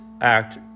act